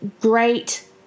great